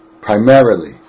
primarily